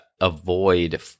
Avoid